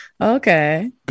okay